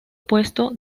puesto